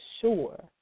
sure